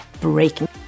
breaking